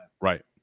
Right